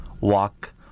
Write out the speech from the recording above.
walk